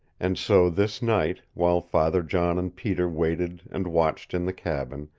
and so, this night, while father john and peter waited and watched in the cabin,